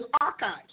archives